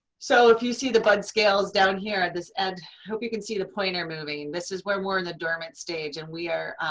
so if you see the bud scales down here at this end, i hope you can see the pointer moving, this is where we're in the dormant stage and we are